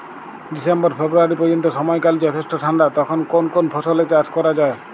December February পর্যন্ত সময়কাল যথেষ্ট ঠান্ডা তখন কোন কোন ফসলের চাষ করা হয়?